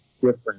different